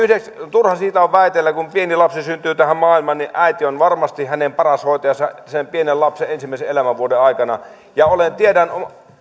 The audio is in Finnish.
turha siitä on väitellä kun pieni lapsi syntyy tähän maailmaan niin äiti on varmasti paras hoitaja pienen lapsen ensimmäisen elämänvuoden aikana ja tiedän